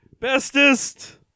Bestest